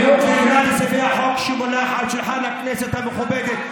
נימוק וקריאת סעיפי החוק שמונח על שולחן הכנסת המכובדת,